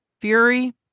Fury